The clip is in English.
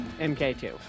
MK2